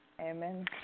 Amen